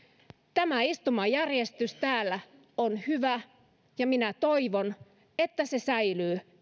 tämä istumajärjestys täällä on hyvä ja minä toivon että se säilyy